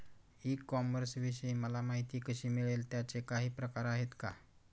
E कॉमर्सविषयी मला माहिती कशी मिळेल? त्याचे काही प्रकार आहेत का?